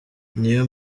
niyo